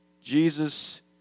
Jesus